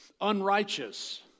unrighteous